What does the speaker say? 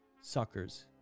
suckers